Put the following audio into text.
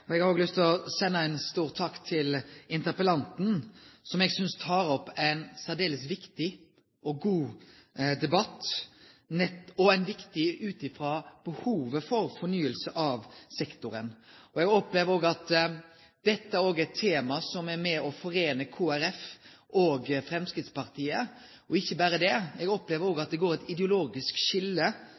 det! Eg har lyst til å sende ein stor takk til interpellanten som eg synest tek opp ein særdeles viktig og god debatt, viktig òg ut frå behovet for fornying av sektoren. Eg opplever at dette er eit tema som er med på å foreine Kristeleg Folkeparti og Framstegspartiet. Og ikkje berre det: Eg opplever at det går eit ideologisk skilje